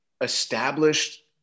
established